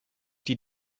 die